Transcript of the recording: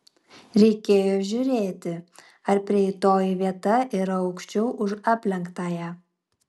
reikėjo žiūrėti ar prieitoji vieta yra aukščiau už aplenktąją